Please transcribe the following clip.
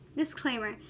Disclaimer